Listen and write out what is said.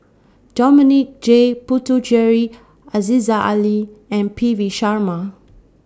Dominic J Puthucheary Aziza Ali and P V Sharma